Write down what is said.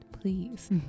please